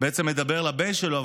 בעצם מדבר לבן שלו.